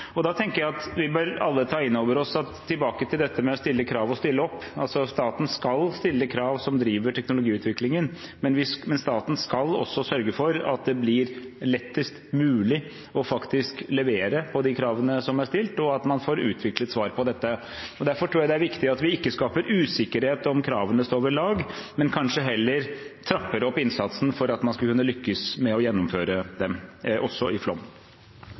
tenker at vi alle bør ta inn over oss – tilbake til dette med å stille krav og å stille opp: Staten skal stille krav som driver teknologiutviklingen, men staten skal også sørge for at det blir lettest mulig å faktisk levere på de kravene som er stilt, og at man får utviklet svar på dette. Derfor tror jeg det er viktig at vi ikke skaper usikkerhet ved om kravene står ved lag, men kanskje heller trapper opp innsatsen for at man skal kunne lykkes med å gjennomføre dem, også i